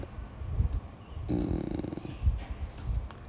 mm